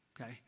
okay